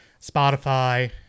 Spotify